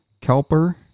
Kelper